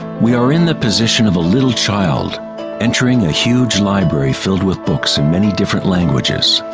we are in the position of a little child entering a huge library filled with books in many different languages.